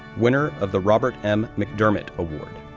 winner of the robert m. mcdermott award,